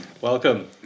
welcome